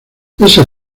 esa